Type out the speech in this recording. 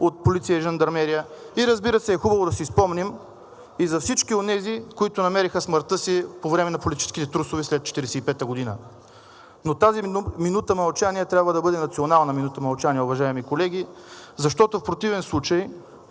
от полиция и жандармерия, и разбира се, е хубаво да си спомним и за всички онези, които намериха смъртта си по време на политическите трусове след 1945 г., но тази минута мълчание трябва да бъде национална минута мълчание, уважаеми колеги, защото в противен случай